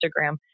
Instagram